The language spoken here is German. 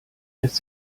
lässt